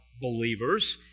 believers